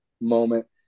moment